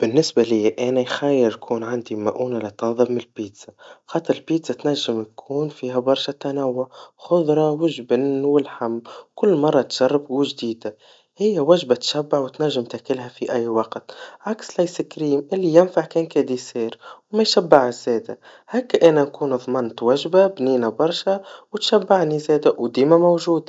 بالنسبا ليا أنا نخير يكون عندي مؤونة لا تنضب من البيتزا, بخاطر لبيتزا تنجم تكون فيها برشا تنوع, خضرا, وجبن, ولحم, كل مرة تجربا جديدة, هيا وجبة تشبع, وتنجم تاكلها في أي وقت, عكس الآيس كريم, اللي ينفع كان كحلوى, وميشبعش زادا, هاكا أنا اكون ضمنت وجبة بنينا برشا, وتشبعني زاد وديما موجودا.